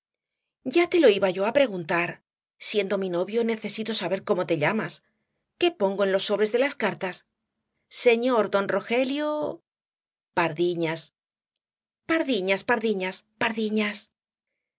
ya te lo iba yo á preguntar siendo mi novio necesito saber cómo te llamas qué pongo en los sobres de las cartas señor don rogelio pardiñas pardiñas pardiñas pardiñas